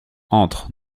entre